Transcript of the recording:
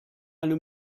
eine